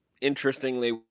Interestingly